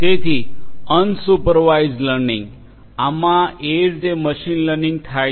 તેથી unsupervised learning આમાં એ રીતે મશીન લર્નિંગ થાય છે